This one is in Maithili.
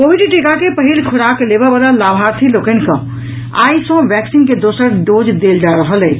कोविड टीका के पहिल खोराक लेबऽ वला लाभार्थी लोकनि के आइ सॅ वैक्सीन के दोसर डोज देल जा रहल अछि